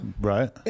Right